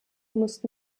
muss